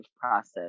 process